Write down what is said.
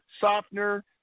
softener